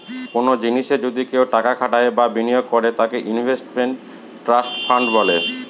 কোনো জিনিসে যদি কেউ টাকা খাটায় বা বিনিয়োগ করে তাকে ইনভেস্টমেন্ট ট্রাস্ট ফান্ড বলে